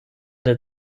der